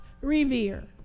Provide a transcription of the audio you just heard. revere